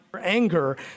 anger